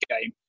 game